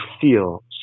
feel